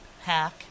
hack